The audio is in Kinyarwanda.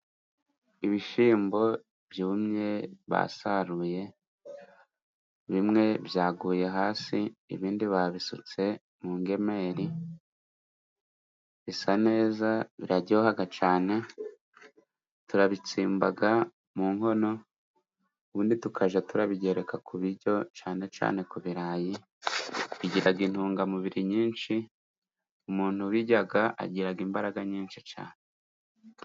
Ibishyimbo byumye basaruye bimwe byaguye hasi ibindi babisutse mu ngemeri, bisa neza biraryohaga cane turabitsimbaga mu nkono, ubundi tukaja turabigereka ku biryo cane cane ku birayi. Bigiraga intungamubiri nyinshi umuntu ubijyaga agiraga imbaraga nyinshi cyane